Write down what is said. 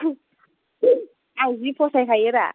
आं जि फसायखायोरा